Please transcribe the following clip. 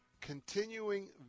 continuing